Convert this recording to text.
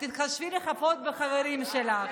אז תתחשבי לפחות בחברים שלך.